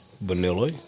vanilla